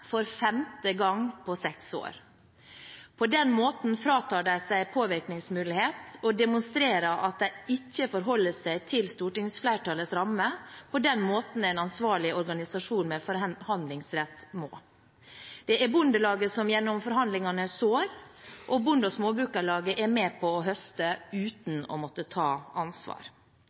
for femte gang på seks år. På den måten fratar de seg selv påvirkningsmulighet og demonstrerer at de ikke forholder seg til stortingsflertallets rammer på den måten en ansvarlig organisasjon med forhandlingsrett må. Det er Bondelaget som gjennom forhandlingene sår, og Bonde- og Småbrukerlaget er med på å høste,